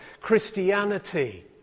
Christianity